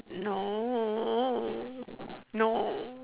no no